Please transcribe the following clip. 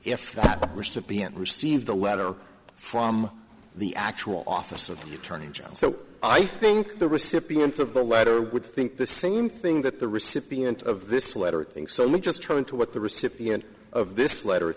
the recipient received a letter from the actual office of the attorney general so i think the recipient of the letter would think the same thing that the recipient of this letter thinks so let's just turn to what the recipient of this letter